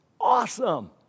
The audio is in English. awesome